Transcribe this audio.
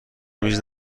میز